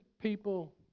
people